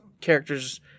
characters